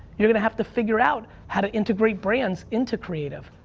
you're gonna have to figure out how to integrate brands into creative.